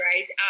right